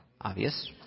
obvious